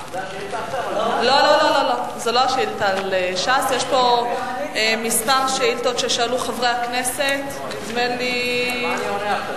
יש פה כמה שאילתות ששאלו חברי הכנסת, נדמה לי,